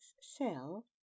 cell